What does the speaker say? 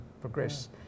progress